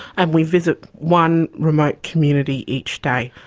and we visit one remote community each day.